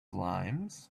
limes